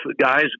guy's